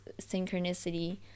synchronicity